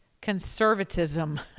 conservatism